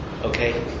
Okay